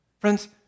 Friends